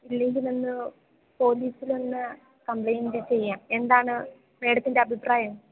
ഇല്ലെങ്കിലൊന്ന് പോലിസിലൊന്ന് കംപ്ലയിൻ്റെ ചെയ്യാം എന്താണ് മേഡത്തിൻ്റെ അഭിപ്രായം